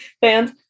fans